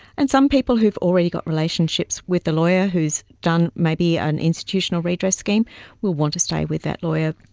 and some people who've already got relationships with the lawyer who has done maybe an institutional redress scheme will want to stay with that lawyer.